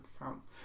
accounts